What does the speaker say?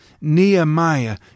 Nehemiah